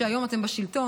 שהיום אתם בשלטון